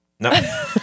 No